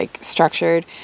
structured